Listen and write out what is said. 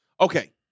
Okay